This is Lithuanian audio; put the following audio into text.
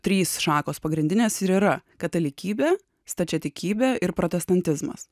trys šakos pagrindinės ir yra katalikybė stačiatikybė ir protestantizmas